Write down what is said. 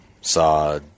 saw